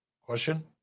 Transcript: Question